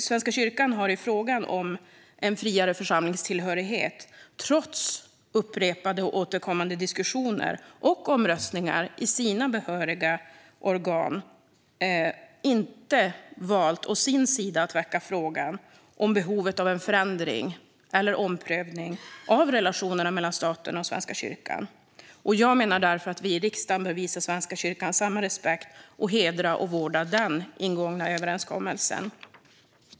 Svenska kyrkan har i frågan om en friare församlingstillhörighet - trots upprepade och återkommande diskussioner och omröstningar i kyrkans behöriga organ - å sin sida inte valt att väcka frågan om behovet av en förändring eller omprövning av relationerna mellan staten och Svenska kyrkan. Jag menar därför att vi i riksdagen bör visa Svenska kyrkan samma respekt och hedra och vårda den ingångna överenskommelsen.